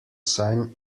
sign